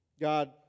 God